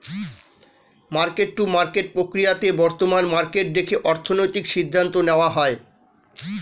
market to market প্রক্রিয়াতে বর্তমান market দেখে অর্থনৈতিক সিদ্ধান্ত নেওয়া হয়